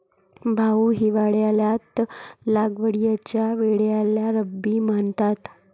भाऊ, हिवाळ्यात लागवडीच्या वेळेला रब्बी म्हणतात